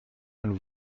ein